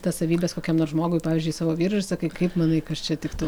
tas savybes kokiam nors žmogui pavyzdžiui savo vyrui ir sakai kaip manai kas čia tiktų